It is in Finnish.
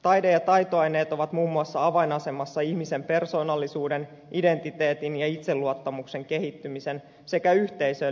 taide ja taitoaineet ovat muun muassa avainasemassa ihmisen persoonallisuuden identiteetin ja itseluottamuksen kehittymisen sekä yhteisöön liittymisen kannalta